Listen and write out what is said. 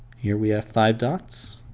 here we have five dots.